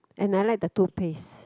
and I like the toothpaste